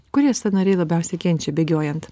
kurie sąnariai labiausiai kenčia bėgiojant